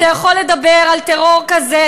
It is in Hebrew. אתה יכול לדבר על טרור כזה,